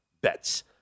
bets